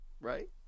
right